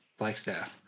Blackstaff